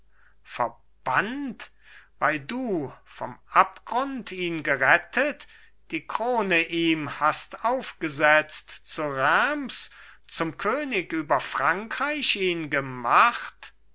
verbannt weil du vom abgrund ihn gerettet die krone ihm hast aufgesetzt zu reims zum könig über frankreich ihn gemacht